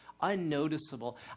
unnoticeable